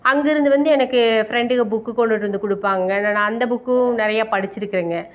அங்கேருந்து வந்து எனக்கு ஃப்ரெண்டுங்க புக்கு கொண்டுகிட்டு வந்து கொடுப்பாங்கங்க நான் அந்த புக்கும் நிறைய படித்திருக்குறேங்க